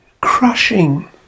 crushing